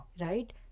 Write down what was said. right